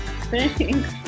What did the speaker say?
Thanks